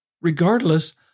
regardless